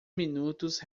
minutos